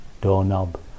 doorknob